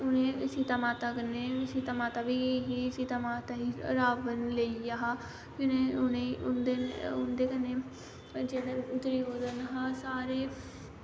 उनें सीता माता कन्ने सीता माता बी ही सीता माता गी रावन लेई गेआ हा फिर उनें उंदे कन्नै जेह्ड़ा दुर्योधन हा सारे